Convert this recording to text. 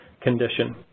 condition